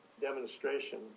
demonstration